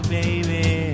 baby